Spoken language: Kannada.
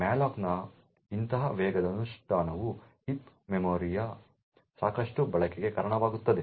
ಮ್ಯಾಲೋಕ್ನ ಇಂತಹ ವೇಗದ ಅನುಷ್ಠಾನವು ಹೀಪ್ ಮೆಮೊರಿಯ ಸಾಕಷ್ಟು ಬಳಕೆಗೆ ಕಾರಣವಾಗುತ್ತದೆ